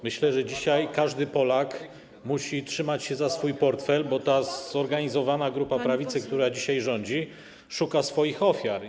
Myślę, że dzisiaj każdy Polak musi trzymać się za swój portfel, bo ta zorganizowana grupa na prawicy, która dzisiaj rządzi, szuka ofiar.